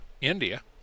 India